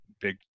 big